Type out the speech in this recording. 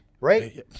right